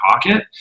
pocket